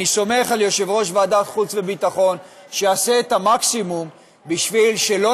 אני סומך על יושב-ראש ועדת החוץ והביטחון שיעשה את המקסימום בשביל שלא